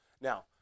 Now